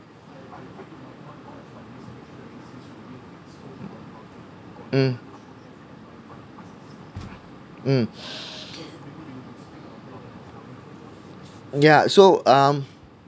um um yeah so um